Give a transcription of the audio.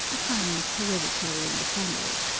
a science hereditary in the family.